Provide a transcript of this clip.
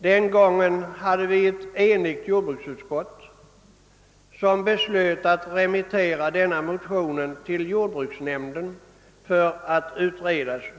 Den gången var jordbruksutskottet enigt och beslöt remittera motionen till jordbruksnämnden för utredning.